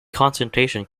concentration